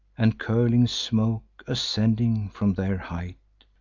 and curling smoke ascending from their height.